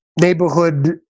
neighborhood